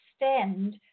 Extend